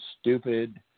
stupid